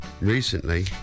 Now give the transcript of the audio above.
Recently